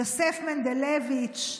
יוסף מנדלביץ'